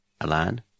Alan